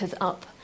Up